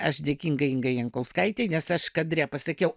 aš dėkinga ingai jankauskaitei nes aš kadre pasakiau